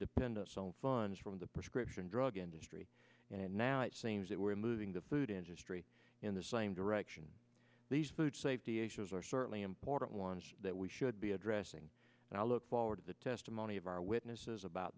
dependent on funds from the prescription drug industry and now it seems that we're moving the food industry in the same direction these food safety issues are certainly important ones that we should be addressing and i look forward to the testimony of our witnesses about